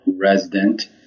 resident